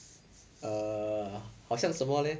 err 好像什么 leh